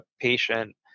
patient